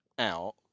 out